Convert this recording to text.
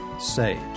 Sage